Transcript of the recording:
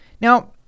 Now